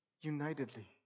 Unitedly